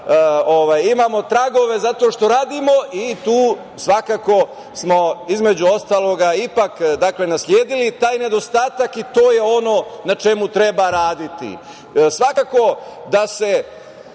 imamo tragove zato što radimo i tu svakako smo, između ostalog, nasledili taj nedostatak i to je ono na čemu treba raditi. Svakako, da se